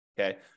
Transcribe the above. okay